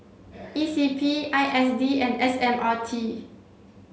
E C P I S D and S M R T